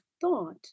thought